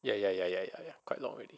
ya ya ya ya ya ya quite long already